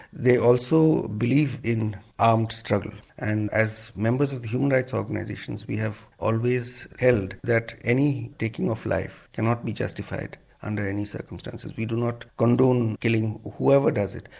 they also believe in armed struggle and as members of the human rights organisation we have always held that any taking of life cannot be justified under any circumstances. we do not condone killing whoever does it,